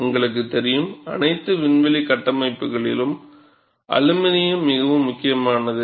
உங்களுக்கு தெரியும் அனைத்து விண்வெளி கட்டமைப்புகளுக்கும் அலுமினியம் மிகவும் முக்கியமானது